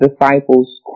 disciples